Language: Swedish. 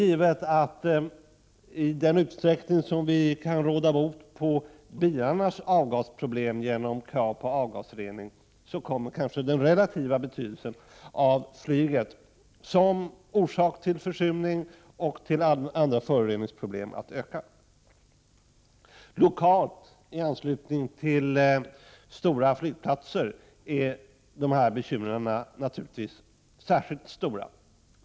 I den utsträckning som vi kan råda bot på bilarnas avgasproblem genom krav på avgasrening är det givet att den relativa betydelsen av flyget som orsak till försurning och andra föroreningsproblem kommer att öka. Lokalt, i anslutning till stora flygplatser, är de här bekymren naturligtvis särskilt stora.